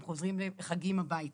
הם חוזרים בחגים הביתה.